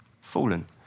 fallen